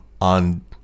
on